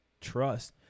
trust